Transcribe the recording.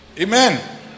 amen